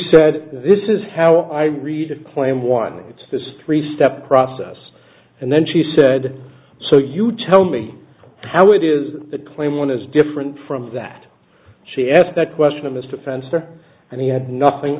said this is how i read it claim one it's this three step process and then she said so you tell me how it is the claim one is different from that she asked that question in this defense there and he had nothing